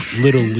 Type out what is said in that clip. little